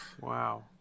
Wow